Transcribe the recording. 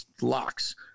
locks